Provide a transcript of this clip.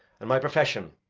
and my profession.